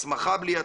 הסמכה בלי התרגול.